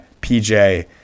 PJ